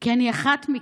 כי אני אחת מכם.